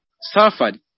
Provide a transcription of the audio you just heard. suffered